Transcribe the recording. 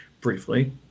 briefly